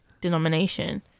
denomination